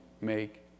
make